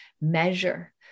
measure